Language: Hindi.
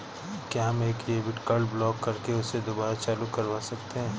क्या हम एक डेबिट कार्ड ब्लॉक करके उसे दुबारा चालू करवा सकते हैं?